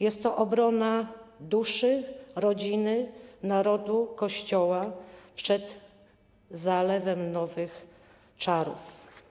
Jest to obrona duszy, rodziny, Narodu, Kościoła - przed zalewem nowych 'czarów'